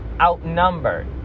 outnumbered